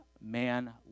man